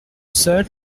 seul